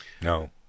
no